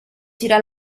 tira